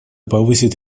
повысить